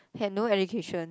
had no education